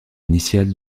initiale